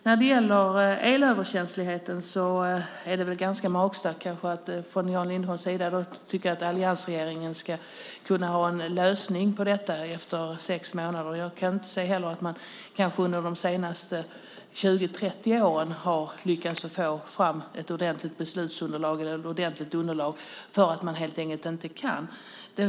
När det gäller elöverkänslighet är det väl ganska magstarkt att som Jan Lindholm tycka att alliansregeringen efter sex månader ska kunna ha en lösning på detta. Jag kan inte se att man under de senaste 20-30 åren har lyckats få fram ett ordentligt underlag - man kan helt enkelt inte.